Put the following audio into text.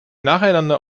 nacheinander